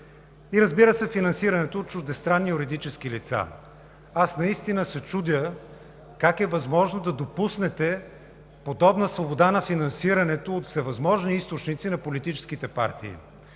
и, разбира се, финансирането от чуждестранни юридически лица. Наистина се чудя как е възможно да допуснете подобна свобода на финансирането от всевъзможни източници на политическите партии?!